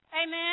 Amen